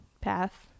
path